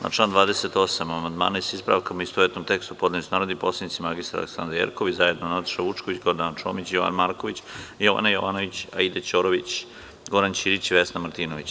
Na član 28. amandmane, sa ispravkama, u istovetnom tekstu, podneli su narodni poslanici mr Aleksandra Jerkov i zajedno Nataša Vučković, Gordana Čomić, Jovan Marković, Jovana Jovanović, Aida Ćorović, Goran Ćirić i Vesna Martinović.